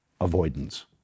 avoidance